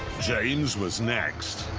james was next.